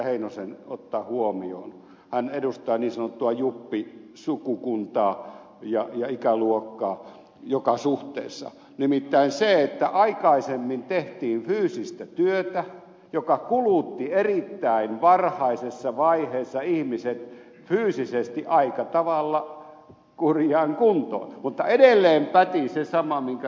heinosen ottaa huomioon hän edustaa niin sanottua juppisukukuntaa ja ikäluokkaa joka suhteessa nimittäin se että aikaisemmin tehtiin fyysistä työtä joka kulutti erittäin varhaisessa vaiheessa ihmiset fyysisesti aika tavalla kurjaan kuntoon mutta edelleen päti se sama minkä ed